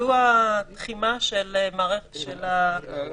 זו התחימה של הסמכויות בין שתי ההוראות.